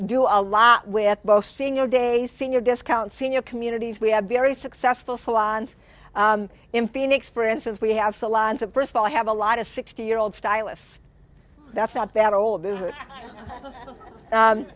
do a lot with bo senior day senior discount senior communities we have very successful salons in phoenix for instance we have salons and first of all have a lot of sixty year old style if that's not that old